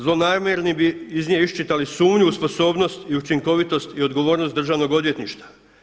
Zlonamjerni bi iz nje iščitali sumnju u sposobnost i učinkovitost i odgovornost Državnog odvjetništva.